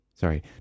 Sorry